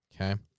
okay